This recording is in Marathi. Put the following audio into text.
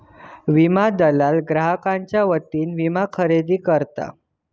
विमा दलाल ग्राहकांच्यो वतीने विमा खरेदी करतत